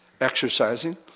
exercising